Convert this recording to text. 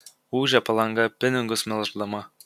ūžia palanga pinigus melždama